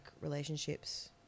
relationships